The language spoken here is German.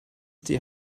die